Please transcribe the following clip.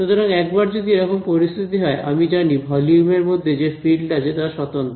সুতরাং একবার যদি এরকম পরিস্থিতি হয় আমি জানি ভলিউম এর মধ্যে যে ফিল্ড আছে তা স্বতন্ত্র